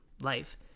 life